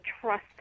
trust